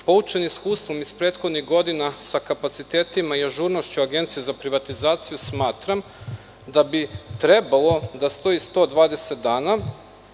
Poučen iskustvom iz prethodnih godina sa kapacitetima i ažurnosti Agencije za privatizaciju smatram da bi trebalo da stoji 120 dana